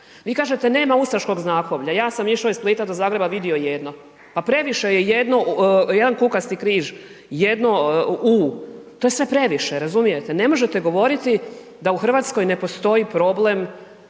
Vi kažete nema ustaškog znakovlja. Ja sam išla iz Splita do Zagreba, vidio jedno. Pa previše je jedno, jedan kukasti križ, jedno U, to je sve previše, razumijete? Ne možete govoriti da u Hrvatskoj ne postoji problem